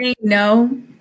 No